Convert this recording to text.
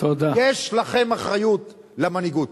יש לכם אחריות, למנהיגות.